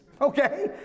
okay